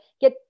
get